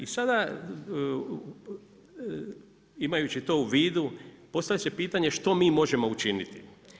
I sada imajući to u vidu postavlja se pitanje što mi možemo učiniti?